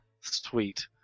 Sweet